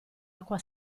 acqua